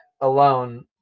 alone